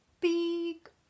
big